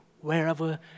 wherever